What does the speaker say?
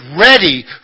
ready